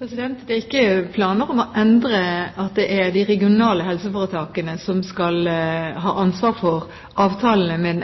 Det er ikke planer om å endre det at det er de regionale helseforetakene som skal ha ansvaret for avtalene